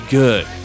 good